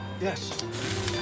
Yes